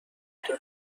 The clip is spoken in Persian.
کنترل